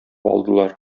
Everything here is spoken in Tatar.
алдылар